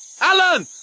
Alan